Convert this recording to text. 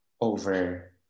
over